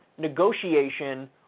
negotiation